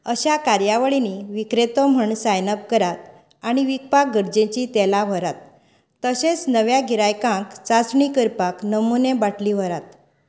अश्या कार्यावळीनी विक्रेतो म्हूण सायन अप करात आनी विकपाक गरजेचीं तेलां व्हरात तशेंच नव्या गिरायकांक चांचणी करपाक नमुने बाटली व्हरात